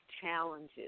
challenges